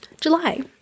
July